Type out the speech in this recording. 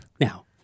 Now